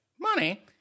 money